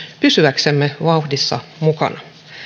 pysyäksemme vauhdissa mukana